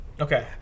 Okay